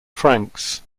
franks